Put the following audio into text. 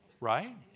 Right